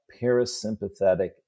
parasympathetic